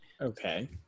Okay